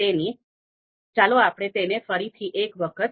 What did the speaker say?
તેથી વિકલ્પો અને માપદંડોની સરખામણી ગુણોત્તર ધોરણ સાથે કરવી પડે છે